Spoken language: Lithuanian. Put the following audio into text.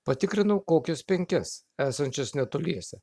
patikrinau kokias penkias esančias netoliese